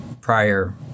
prior